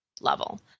level